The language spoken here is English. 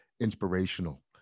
inspirational